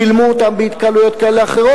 צילמו אותם בהתקהלויות כאלה ואחרות,